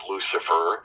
Lucifer